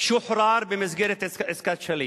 שוחרר במסגרת עסקת שליט.